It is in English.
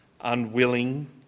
unwilling